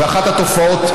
אחת התופעות,